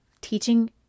teaching